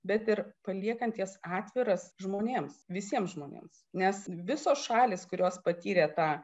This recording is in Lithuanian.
bet ir paliekant jas atviras žmonėms visiems žmonėms nes visos šalys kurios patyrė tą